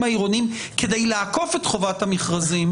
העירוניים כדי לעקוף את חובת המכרזים,